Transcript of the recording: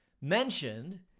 mentioned